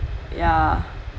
yeah